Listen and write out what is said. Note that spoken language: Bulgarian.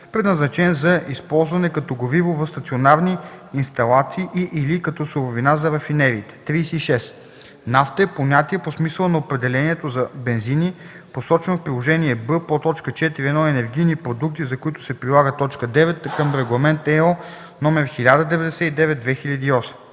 предназначен за използване като гориво в стационарни инсталации и/или като суровина за рафинериите. 36. „Нафта” е понятие по смисъла на определението за бензини, посочено в Приложение Б, подточка 4.1 „Енергийни продукти, за които се прилага”, т. 9 към Регламент (ЕО) № 1099/2008.